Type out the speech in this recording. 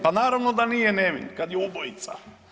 Pa naravno da nije nevin kad je ubojica.